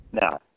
Now